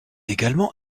également